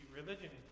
religion